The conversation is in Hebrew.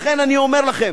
לכן אני אומר לכם,